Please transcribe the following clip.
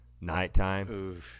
Nighttime